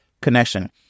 connection